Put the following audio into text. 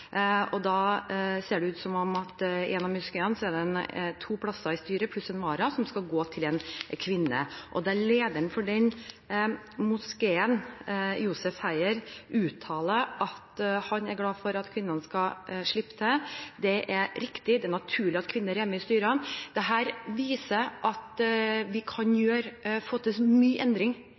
det i en av moskeene to plasser i styret pluss en vara som skal gå til kvinner. Lederen for den moskeen, Josef Hæier, uttaler at han er glad for at kvinnene skal slippe til, og at det er riktig og naturlig at kvinner er med i styret. Dette viser at vi kan få til mye endring